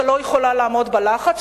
שלא יכולה לעמוד בלחץ,